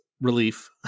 relief